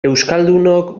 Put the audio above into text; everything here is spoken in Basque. euskaldunok